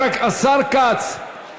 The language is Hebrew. השר כץ,